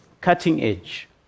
cutting-edge